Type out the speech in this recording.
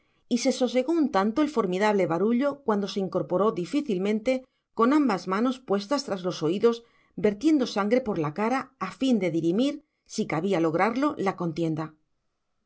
y se sosegó un tanto el formidable barullo cuando se incorporó difícilmente con ambas manos puestas tras los oídos vertiendo sangre por la cara a fin de dirimir si cabía lograrlo la contienda